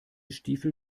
stiefel